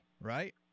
right